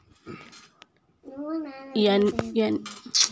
NEFT లావాదేవీల కోసం bank విధించే కస్టమర్ ఛార్జీలు ఏమిటి?